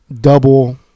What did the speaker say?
double